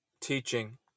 teaching